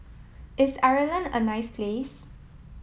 is Ireland a nice place